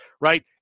right